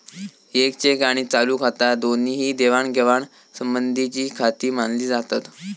येक चेक आणि चालू खाता दोन्ही ही देवाणघेवाण संबंधीचीखाती मानली जातत